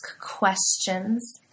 questions